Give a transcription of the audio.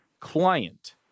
client